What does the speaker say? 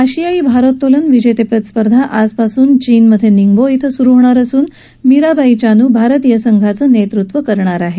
आशियाई भारोत्तोलन विजेतेपद स्पर्धा आजपासून चीनमधे निंगबो इथं सुरु होणार असून मीराबाई चानू भारतीय संघाचं नेतृत्व करणार आहे